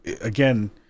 again